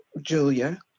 Julia